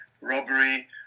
robbery